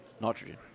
nitrogen